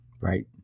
right